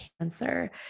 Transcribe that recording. cancer